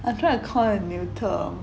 I tried to call it a neuter